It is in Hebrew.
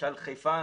למשל חיפה,